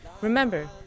Remember